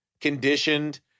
conditioned